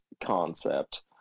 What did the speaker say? concept